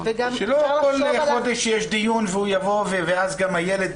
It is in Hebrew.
שלא כל חודש יש דיון והוא יבוא ואז גם הילד